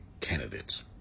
candidates